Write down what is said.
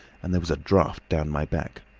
and there was a draught down my back.